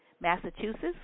Massachusetts